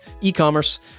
e-commerce